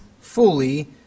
fully